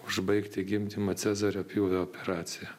užbaigti gimdymą cezario pjūvio operacija